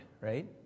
right